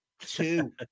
two